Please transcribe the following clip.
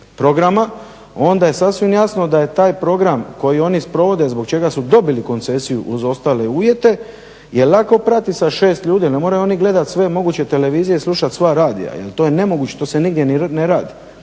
programa, onda je sasvim jasno da je taj program koji oni sprovode zbog čega su dobili koncesiju uz ostale uvjete je lako pratiti sa 6 ljudi, ne moraju oni gledati sve moguće televizije i slušati sva radija, jer to je nemoguće, to se nigdje ni ne radi,